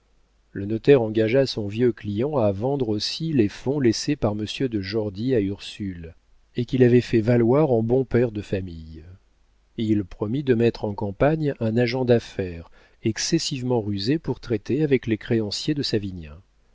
le notaire engagea son vieux client à vendre aussi les fonds laissés par monsieur de jordy à ursule et qu'il avait fait valoir en bon père de famille il promit de mettre en campagne un agent d'affaires excessivement rusé pour traiter avec les créanciers de savinien